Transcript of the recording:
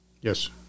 Yes